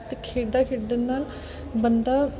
ਅਤੇ ਖੇਡਾਂ ਖੇਡਣ ਨਾਲ ਬੰਦਾ